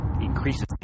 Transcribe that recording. increases